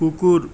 কুকুর